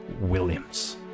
Williams